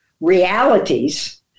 realities